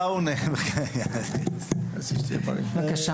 יוסף, בבקשה.